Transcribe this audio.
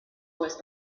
voice